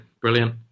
brilliant